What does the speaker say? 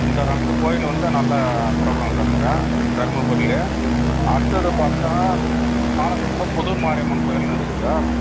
இந்த ரெண்டு கோயில் வந்து நல்ல பிரபலம்ங்க சார் இங்கே தர்மபுரியில் அடுத்தது பார்த்தா பாலக்கோட்டையில் புது மாரியம்மன் கோயில்னு இருக்குது சார்